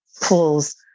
pulls